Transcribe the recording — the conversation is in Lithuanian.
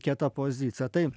kieta pozicija tai